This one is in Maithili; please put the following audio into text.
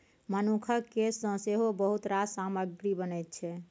मनुखक केस सँ सेहो बहुत रास सामग्री बनैत छै